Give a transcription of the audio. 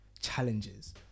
challenges